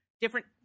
different